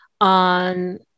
on